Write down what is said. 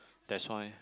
that's why